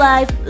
Life